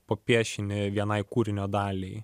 po piešinį vienai kūrinio daliai